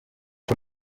ngo